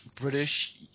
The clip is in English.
British